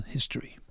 History